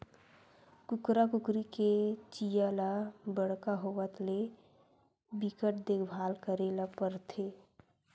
कुकरा कुकरी के चीया ल बड़का होवत ले बिकट देखभाल करे ल परथे